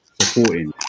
supporting